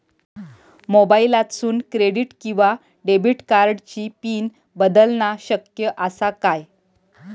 मोबाईलातसून क्रेडिट किवा डेबिट कार्डची पिन बदलना शक्य आसा काय?